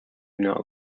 not